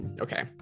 okay